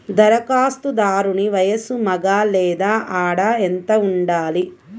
ధరఖాస్తుదారుని వయస్సు మగ లేదా ఆడ ఎంత ఉండాలి?